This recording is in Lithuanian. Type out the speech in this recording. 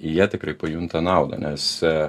jie tikrai pajunta naudą nes